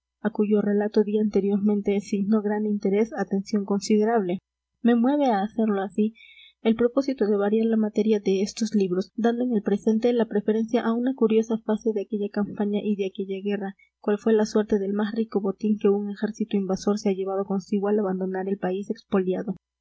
a cuyo relato di anteriormente si no gran interés atención considerable me mueve a hacerlo así el propósito de variar la materia de estos libros dando en el presente la preferencia a una curiosa fase de aquella campaña y de aquella guerra cual fue la suerte del más rico botín que un ejército invasor se ha llevado consigo al abandonar el país expoliado